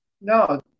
no